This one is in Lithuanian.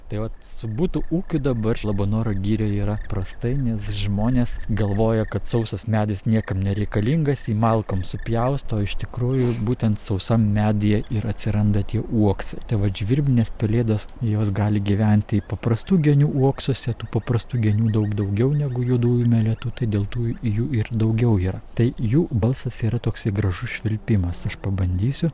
tai vat su butų ūkiu dabar labanoro girioj yra prastai nes žmonės galvoja kad sausas medis niekam nereikalingas jį malkom supjausto o iš tikrųjų būtent sausam medyje ir atsiranda tie uoksai tai vat žvirblinės pelėdos jos gali gyventi paprastų genių uoksuose tų paprastų genių daug daugiau negu juodųjų meletų tai dėl tų jų ir daugiau yra tai jų balsas yra toksai gražus švilpimas aš pabandysiu